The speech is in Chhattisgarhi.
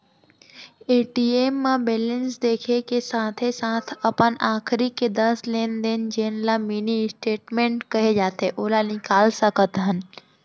ए.टी.एम म बेलेंस देखे के साथे साथ अपन आखरी के दस लेन देन जेन ल मिनी स्टेटमेंट कहे जाथे ओला निकाल सकत हन